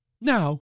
Now